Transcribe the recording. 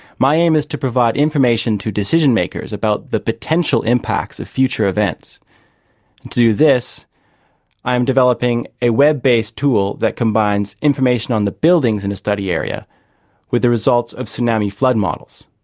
my aim is to provide information to decision-makers about the potential impacts of future events, and to do this i am developing a web-based tool that combines information on the buildings in a study area with the results of tsunami flood models,